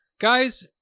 Guys